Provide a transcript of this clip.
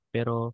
Pero